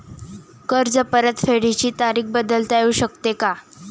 कर्ज परतफेडीची तारीख बदलता येऊ शकते का?